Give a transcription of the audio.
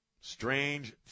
Strange